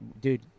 Dude